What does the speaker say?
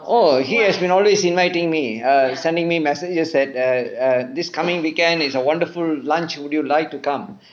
orh he has been always inviting me err sending me messages said err err this coming weekend is a wonderful lunch would you like to come